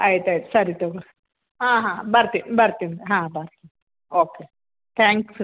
ಆಯ್ತು ಆಯ್ತು ಸರಿ ತಗೊಳ್ರಿ ಹಾಂ ಹಾಂ ಬರ್ತೀನಿ ಬರ್ತೀನಿ ಹಾಂ ಬರ್ರಿ ಓಕೆ ತ್ಯಾಂಕ್ಸ್